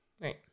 Right